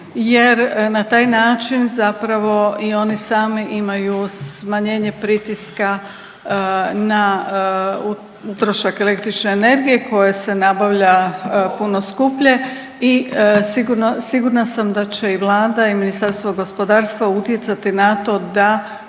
jer na taj način zapravo i oni sami imaju smanjenje pritiska na trošak električne energije koji se nabavlja puno skuplje i sigurno, sigurna sam da će i vlada i Ministarstvo gospodarstva utjecati na to da